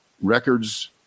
records